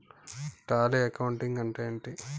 Tally accounting అంటే ఏమిటి?